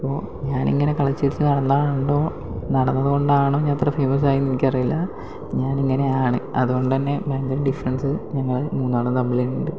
അപ്പോൾ ഞാനിങ്ങനെ കളിച്ച് ചിരിച്ച് നടന്നത് കൊണ്ടോ നടന്നത് കൊണ്ടാണോ ഞാനിത്ര ഫേമസായത് എന്ന് എനിക്ക് അറിയില്ല ഞാനിങ്ങനെ ആണ് അതുകൊണ്ട് തന്നെ ഭയങ്കര ഡിഫറെൻസ് ഞങ്ങൾ മൂന്നാളും തമ്മിലുണ്ട്